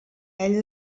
ell